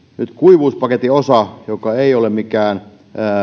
nyt nimenomaan kuivuuspaketin osa ja se ei ole mikään